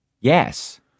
yes